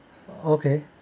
okay